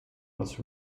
was